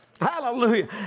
Hallelujah